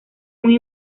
muy